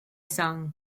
song